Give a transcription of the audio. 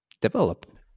develop